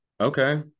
Okay